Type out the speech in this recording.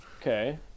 Okay